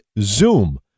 Zoom